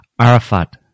Arafat